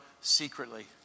secretly